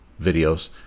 videos